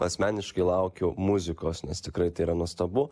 asmeniškai laukiu muzikos nes tikrai tai yra nuostabu